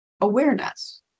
awareness